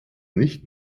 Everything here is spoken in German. nicht